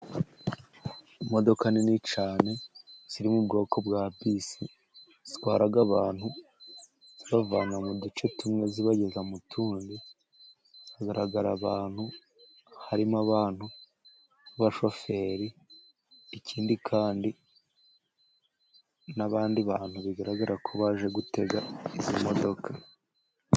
Imodoka nini cyane ziri mu ubwoko bwa bisi zitwara abantu zibavana mu duce tumwe zibageza mu tundi, hagaragara abantu harimo abantu babashoferi ikindi kandi n'abandi bantu bigaragara ko baje gutega izi modoka.